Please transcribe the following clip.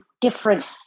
different